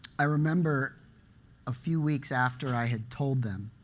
i remember a few weeks after i had told them,